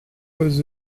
poste